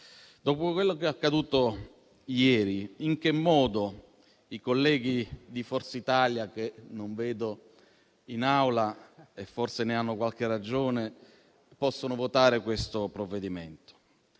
Dopo quello che è accaduto ieri, in che modo i colleghi di Forza Italia, che non vedo in Aula e forse ne hanno qualche ragione, possono votare questo provvedimento?